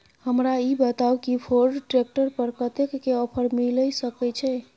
हमरा ई बताउ कि फोर्ड ट्रैक्टर पर कतेक के ऑफर मिलय सके छै?